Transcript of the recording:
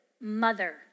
mother